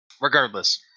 regardless